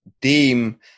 deem